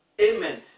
amen